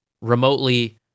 remotely